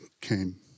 came